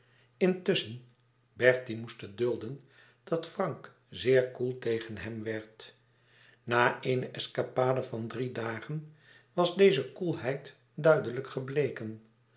intusschen bertie moest het dulden dat frank zeer koel tegen hem werd na eene escapade van drie dagen was deze koelheid duidelijk gebleken